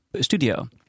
studio